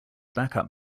backup